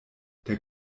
der